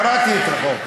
קראתי את החוק,